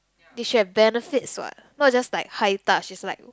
they should have benefits what not just like high touch is like